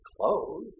clothes